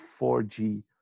4G